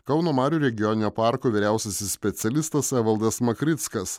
kauno marių regioninio parko vyriausiasis specialistas evaldas makrickas